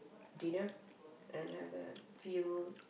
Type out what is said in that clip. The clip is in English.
dinner and have a few